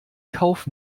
kauf